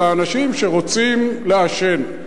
של האנשים שרוצים לעשן.